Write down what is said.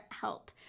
help